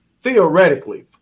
theoretically